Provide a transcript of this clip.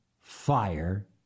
fire